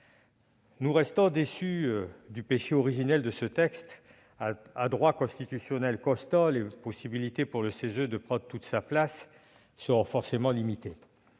Nous restons déçus du péché originel de ce texte : à droit constitutionnel constant, les possibilités pour le CESE de prendre toute sa place seront forcément limitées.